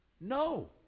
No